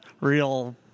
real